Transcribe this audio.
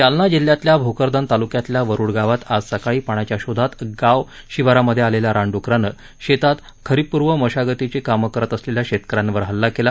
जालना जिल्ह्यातल्या भोकरदन तालुक्यातल्या वरुड गावात आज सकाळी पाण्याच्या शोधात गाव शिवारात आलेल्या रानडुकरानं शेतात खरीपपूर्व मशागतीची कामं करत असलेल्या शेतकऱ्यांवर हल्ला केला